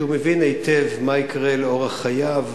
כי הוא מבין היטב מה יקרה לאורח חייו,